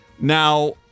Now